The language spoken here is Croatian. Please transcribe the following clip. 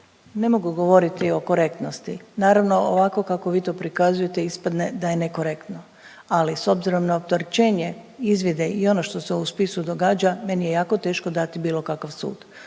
Ne mogu govoriti o korektnosti, naravno ovako kako vi to prikazujete ispadne da je nekorektno, ali s obzirom na opterećenje, izvide i ono što se u spisu događa meni je jako teško dati bilo kakav sud.